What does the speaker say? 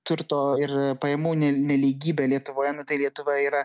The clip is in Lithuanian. turto ir pajamų ne nelygybę lietuvoje nu tai lietuva yra